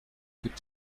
could